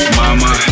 mama